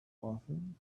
often